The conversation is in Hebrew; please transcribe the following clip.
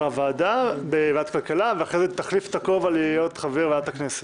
ועדת הכלכלה ואחר כך תחליף את הכובע להיות חבר ועדת הכנסת.